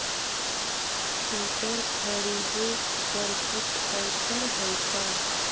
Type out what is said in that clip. Filter खरिदे पर कुछ औफर है का?